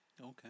Okay